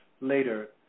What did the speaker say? later